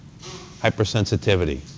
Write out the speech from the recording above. hypersensitivity